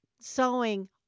sewing